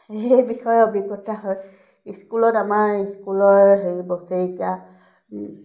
সেই বিষয়ে অভিজ্ঞতা হয় ইস্কুলত আমাৰ ইস্কুলৰ হেৰি বছৰেকিয়া